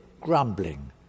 grumbling